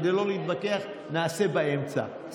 כדי לא להתווכח נעשה באמצע,